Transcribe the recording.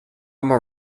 more